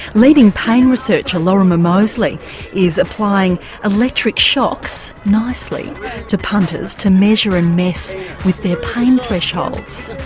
leading pain researcher lorimer moseley is applying electric shocks nicely to punters to measure and mess with their pain thresholds.